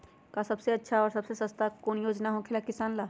आ सबसे अच्छा और सबसे सस्ता कौन योजना होखेला किसान ला?